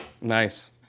Nice